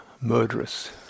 murderous